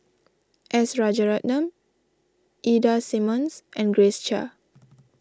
S Rajaratnam Ida Simmons and Grace Chia